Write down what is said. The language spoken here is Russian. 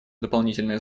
дополнительное